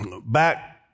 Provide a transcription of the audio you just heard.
Back